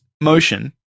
motion